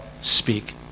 speak